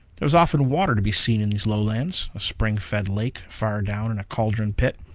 there was often water to be seen in these lowlands. a spring-fed lake far down in a caldron pit,